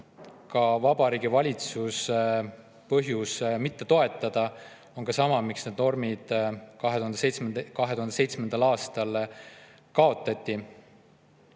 Vabariigi Valitsuse põhjus mitte toetada on sama, miks need normid 2007. aastal kaotati.